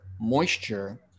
moisture